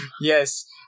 Yes